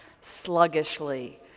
sluggishly